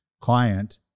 client